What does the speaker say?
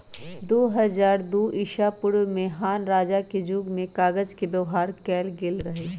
दू हज़ार दू ईसापूर्व में हान रजा के जुग में कागज के व्यवहार कएल गेल रहइ